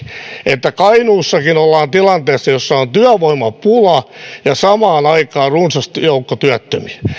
että kainuussakin ollaan tilanteessa jossa on työvoimapula ja samaan aikaan runsas joukko työttömiä ja